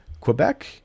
Quebec